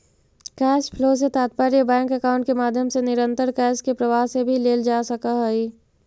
cash flow से तात्पर्य bank account के माध्यम से निरंतर कैश के प्रवाह से भी लेल जा सकऽ हई